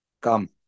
come